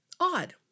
Odd